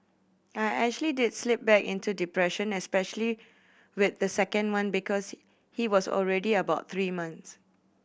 I actually did slip back into depression especially with the second one because he was already about three months